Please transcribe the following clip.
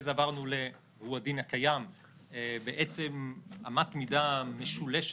זאת אומרת יש פה בעצם שני חוקי יסוד שמתוקנים פה וחוק רגיל,